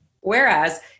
Whereas